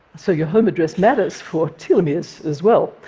so your home address matters for telomeres as well.